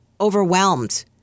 overwhelmed